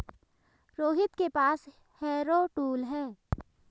रोहित के पास harrow tool है